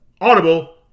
Audible